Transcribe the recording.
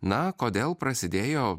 na kodėl prasidėjo